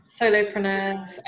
solopreneurs